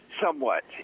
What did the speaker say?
somewhat